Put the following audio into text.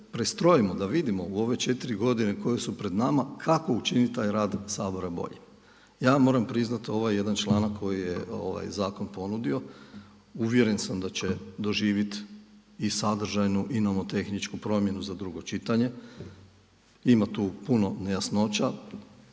prestrojimo, da vidimo u ove četiri godine koje su pred nama kako učiniti taj rad Sabora boljim. Ja vam moram priznati ovo je jedan članak koji je zakon ponudio. Uvjeren sam da će doživit i sadržajnu i nomotehničku promjenu za drugo čitanje. Ima tu puno nejasnoća.